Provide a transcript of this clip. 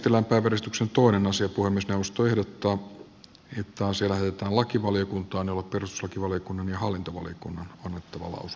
puhemiesneuvosto ehdottaa että asia lähetetään lakivaliokuntaan jolle perustuslakivaliokunnan ja hallintovaliokunnan on annettava lausunto